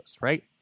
right